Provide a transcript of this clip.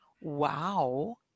Wow